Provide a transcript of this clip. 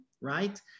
right